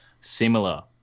similar